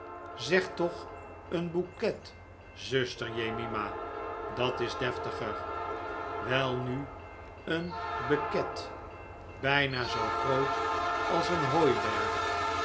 zeg toch een bouquet zuster jemima dat is deftiger welnu een bequet bijna zoo groot als een hooiberg